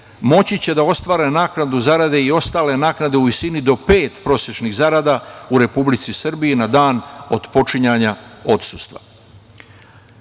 moći će da ostvare naknadu zarade i ostale naknade u visini do pet prosečnih zarada u Republici Srbiji na dan otpočinjanja odsustva.U